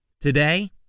Today